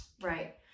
right